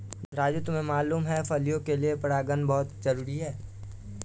राजू तुम्हें मालूम है फलियां के लिए परागन बहुत जरूरी है